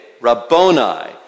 Rabboni